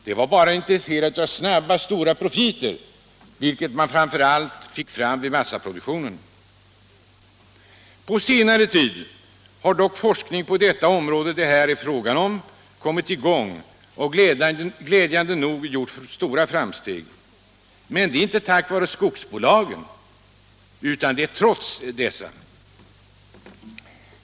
De var endast intresserade av snabba och stora profiter, vilket man framför allt fick fram vid massaproduktionen. På senare tid har dock forskning på det område det här är fråga om kommit i gång och glädjande nog gjort stora framsteg. Men det är inte tack vare skogsbolagen, utan trots dessa.